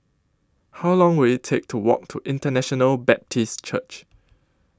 How Long Will IT Take to Walk to International Baptist Church